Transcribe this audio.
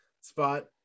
spot